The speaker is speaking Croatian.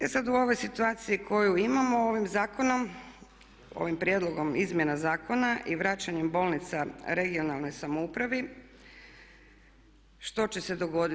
E sad u ovoj situaciji koju imamo ovim zakonom, ovim prijedlogom izmjena zakona i vraćanjem bolnica regionalnoj samoupravi što će se dogoditi?